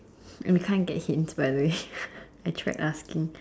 I can't get hints by the way I tried asking